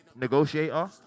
negotiator